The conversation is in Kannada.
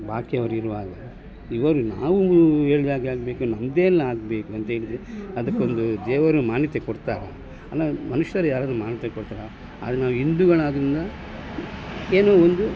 ಬಾಕಿಯವರಿರುವಾಗ ಇವರು ನಾವು ಹೇಳಿದಾಗೆ ಆಗಬೇಕು ನಮ್ಮದೇ ಎಲ್ಲ ಆಗಬೇಕು ಅಂತ ಹೇಳಿದ್ರೆ ಅದಕ್ಕೆ ಒಂದು ದೇವರು ಮಾನ್ಯತೆ ಕೊಡ್ತಾರಾ ಅಲ್ಲ ಮನುಷ್ಯರು ಯಾರಾದರೂ ಮಾನ್ಯತೆ ಕೊಡ್ತಾರಾ ಆದರೆ ನಾವು ಹಿಂದೂಗಳಾದ್ದರಿಂದ ಏನೋ ಒಂದು